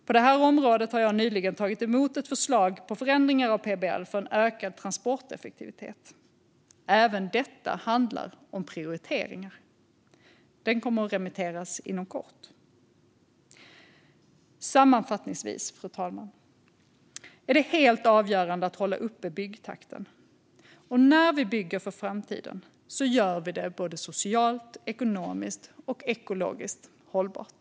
På det här området har jag nyligen tagit emot ett förslag till förändringar av PBL för en ökad transporteffektivitet. Även detta handlar om prioriteringar. Den kommer att remitteras inom kort. Fru talman! Sammanfattningsvis är det helt avgörande att hålla uppe byggtakten. När vi bygger för framtiden gör vi det både socialt, ekonomiskt och ekologiskt hållbart.